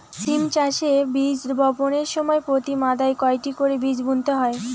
সিম চাষে বীজ বপনের সময় প্রতি মাদায় কয়টি করে বীজ বুনতে হয়?